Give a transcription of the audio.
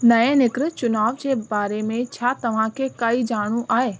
नए निकर चुनाव जे बारे में छा तव्हां खे काई ॼाण आहे